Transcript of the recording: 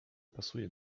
pasuje